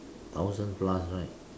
thousand plus right